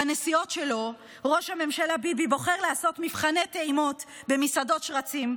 בנסיעות שלו ראש הממשלה ביבי בוחר לעשות מבחני טעימות במסעדות שרצים,